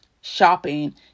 shopping